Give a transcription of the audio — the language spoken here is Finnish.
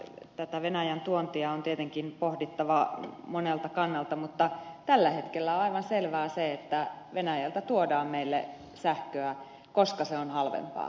tätä venäjän tuontia on tietenkin pohdittava monelta kannalta mutta tällä hetkellä on aivan selvää se että venäjältä tuodaan meille sähköä koska se on halvempaa